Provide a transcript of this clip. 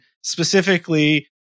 specifically